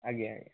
ଆଜ୍ଞା ଆଜ୍ଞା